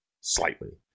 slightly